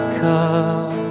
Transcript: come